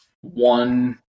one